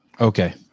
Okay